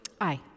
Aye